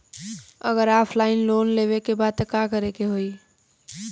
अगर offline loan लेवे के बा त का करे के होयी?